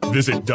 Visit